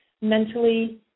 mentally